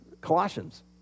Colossians